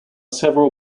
several